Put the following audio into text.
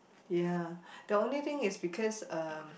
ya the only thing is because uh